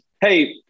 hey